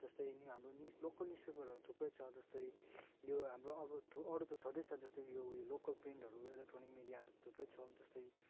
जस्तै नियो हाम्रो न्युज लोकल न्युज पेपरहरू थुप्रै छ जस्तै यो हाम्रो अब अरू त छँदैछ जस्तै यो उयो लोकल प्रिन्टहरू एलेक्ट्रोनिक मिडियाहरू थुप्रै छ जस्तै